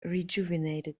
rejuvenated